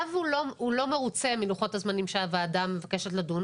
היה והוא לא מרוצה מלוחות הזמנים שהוועדה מבקשת לדון,